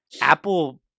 Apple